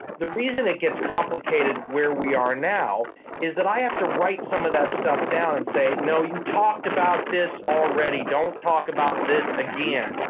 the reason it gets complicated where we are now is that i have to write some of that stuff down and say, no, you talked about this already don't talk about this again.